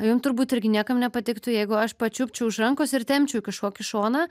jum turbūt irgi niekam nepatiktų jeigu aš pačiupčiau už rankos ir tempčiau į kažkokį šoną